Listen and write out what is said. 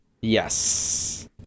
Yes